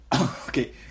Okay